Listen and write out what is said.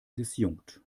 disjunkt